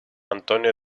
antonio